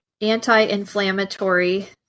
Anti-inflammatory